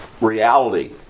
reality